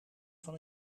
van